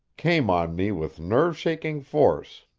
came on me with nerve-shaking force.